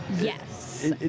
Yes